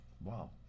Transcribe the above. wow